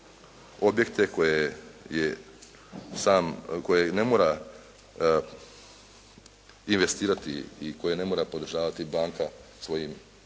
je sam, koje ne mora investirati i koje ne mora podržavati banka svojim ili